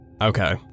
Okay